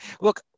look